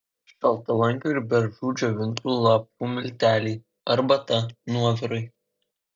šaltalankio ir beržų džiovintų lapų milteliai arbata nuovirai